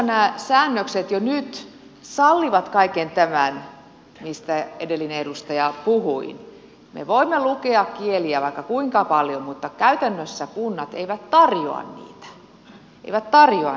nämä säännökset jo nyt sallivat kaiken tämän mistä edellinen edustaja puhui me voimme lukea kieliä vaikka kuinka paljon mutta käytännössä kunnat eivät tarjoa niitä